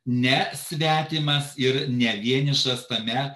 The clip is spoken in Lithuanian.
ne svetimas ir ne vienišas tame